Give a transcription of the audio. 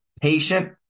patient